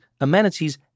amenities